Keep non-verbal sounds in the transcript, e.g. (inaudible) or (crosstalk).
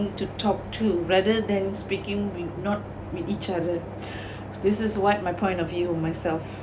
to talk to rather than speaking will not meet each other (breath) this is what my point of view myself